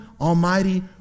Almighty